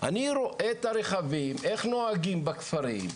אני רואה את הרכבים, איך נוהגים בכפרים,